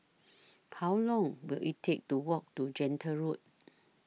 How Long Will IT Take to Walk to Gentle Road